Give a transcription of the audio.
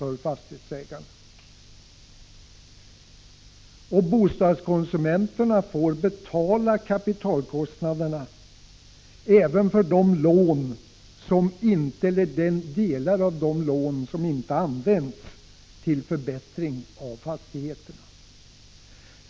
Men bostadskonsumenterna får betala kapitalkostnaderna även för den del av lånen som inte behövs till förbättring av en fastighet.